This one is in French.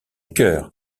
cœur